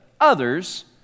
others